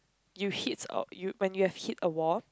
you hits a you when you have hit a wall